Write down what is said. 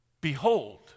Behold